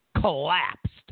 collapsed